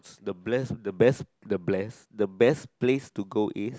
the bless the best the bless the best place to go is